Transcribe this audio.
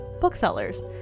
booksellers